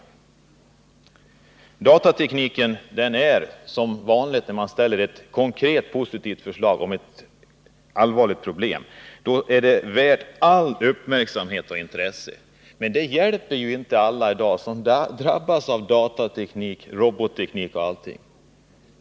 När det gäller datatekniken får vi, som vanligt när man ställer ett konkret positivt förslag, höra att det är värt all uppmärksamhet och allt intresse. Men det hjälper inte dem som drabbas av datateknik och robotteknik.